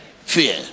Fear